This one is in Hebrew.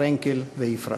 פרנקל ויפרח.